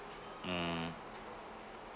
mm